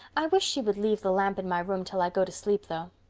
i wish she would leave the lamp in my room till i go to sleep, though.